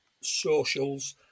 socials